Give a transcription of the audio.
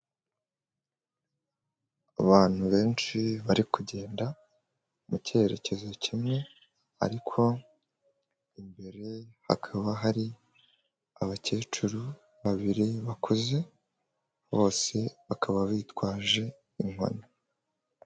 Abantu benshi bari kugenda, mu cyerekezo kimwe, ariko imbere hakaba hari abakecuru babiri bakuze bose bakaba bitwaje inkoni.